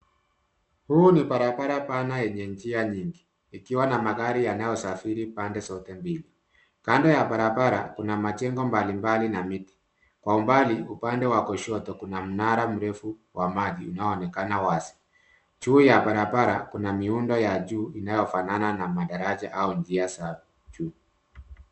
Huu ni barabara pana yenye njia nyingi ikiwa na magari yanayosafiri pande zote mbili. Kando ya barabara, kuna majengo mbalimbali na miti. Kwa umbali, upande wa kushoto kuna mnara mrefu wa maji unaoonekana wazi. Juu ya barabara kuna miundo ya juu inayofanana na madaraja au njia za juu.